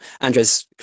Andres